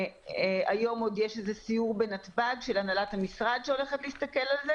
היום יש סיור בנתב"ג של הנהלת המשרד שהולכת להסתכל על זה.